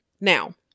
Now